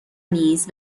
نیز